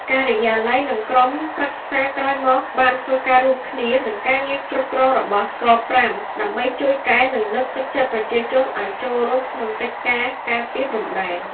ការិយាល័យ និងក្រុមប្រឹក្សាក្រោយមកបានធ្វើការរួមគ្នានិងការងារគ្រប់គ្រងរបស់” ក៥”ដើម្បីជួយកេណ្ឌនិងលើកទឹកចិត្តប្រជាជនអោយចូលរួមក្នុងកិច្ចការការពារព្រំដែន។